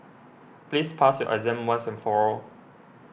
please pass your exam once and for all